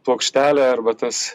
plokštelė arba tas